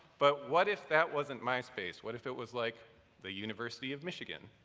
but what if that wasn't myspace, what if it was like the university of michigan?